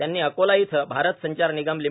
त्यांनी अकोला येथे भारत संचार निगम लि